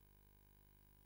ולכן